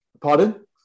Pardon